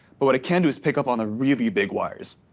but what it can do is pick up on the really big wires,